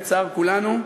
לצער כולנו,